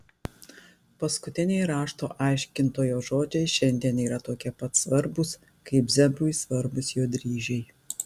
paskutiniai rašto aiškintojo žodžiai šiandien yra tokie pat svarbūs kaip zebrui svarbūs jo dryžiai